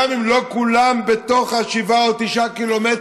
גם אם לא כולם בתוך ה-7 או ה-9 ק"מ,